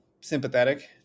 sympathetic